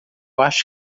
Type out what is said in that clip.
acho